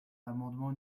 l’amendement